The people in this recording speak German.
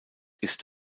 ist